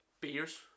Beers